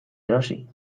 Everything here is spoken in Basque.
erosi